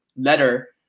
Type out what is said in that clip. letter